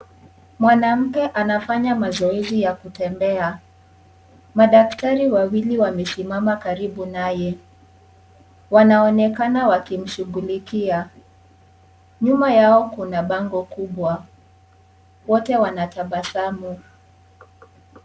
Mwanamke anafanya mazoezi ya kutembea. Madakatari wawili wamesimama karibu naye. Wanaonekana wakimshughulikia. Nyuma yao kuna bango kubwa. Wote wanatabasamu.